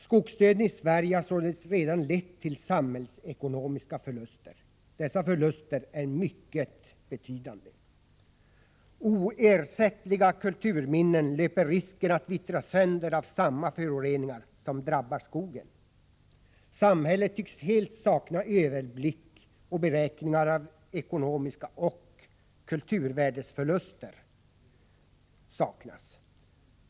Skogsdöden i Sverige har således redan lett till samhällsekonomiska förluster. Dessa förluster är mycket betydande. Oersättliga kulturminnen löper risken att vittra sönder av samma föroreningar som drabbar skogen. Samhället tycks helt sakna överblick, och beräkningar av ekonomiska förluster och kulturvärdesförluster saknas.